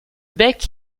bec